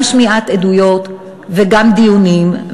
גם שמיעת עדויות וגם דיונים.